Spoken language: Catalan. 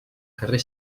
carrer